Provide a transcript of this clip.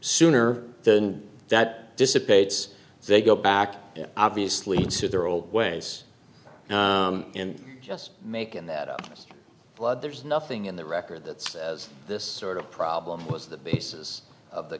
sooner than that dissipates they go back to obviously to their old ways and just making that blood there's nothing in the record that says this sort of problem was the basis of the